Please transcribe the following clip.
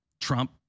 Trump